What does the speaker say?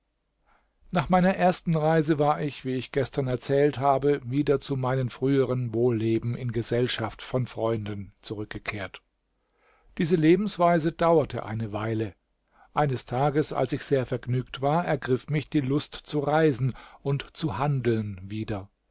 nach meiner ersten reise war ich wie ich gestern erzählt habe wieder zu meinem frühern wohlleben in gesellschaft von freunden zurückgekehrt diese lebensweise dauerte eine weile eines tages als ich sehr vergnügt war ergriff mich die lust zu reisen und zu handeln wieder